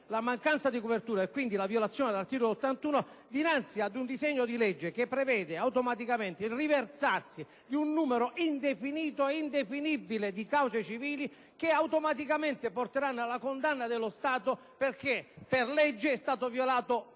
la mancanza di copertura, e quindi la violazione dell'articolo 81 della Costituzione, dinanzi ad un disegno di legge che prevede automaticamente il riversarsi di un numero indefinito ed indefinibile di cause civili, che automaticamente porteranno alla condanna dello Stato perché per legge è stato violato